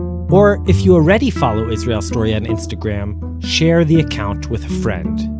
or if you already follow israel story on instagram share the account with a friend.